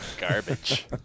Garbage